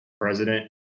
president